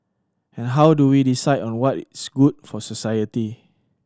and how do we decide on what is good for society